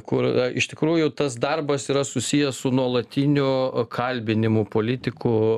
kur iš tikrųjų tas darbas yra susijęs su nuolatiniu kalbinimu politikų